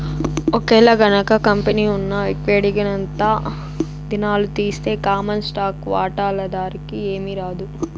ఒకేలగనక కంపెనీ ఉన్న విక్వడేంగనంతా దినాలు తీస్తె కామన్ స్టాకు వాటాదార్లకి ఏమీరాదు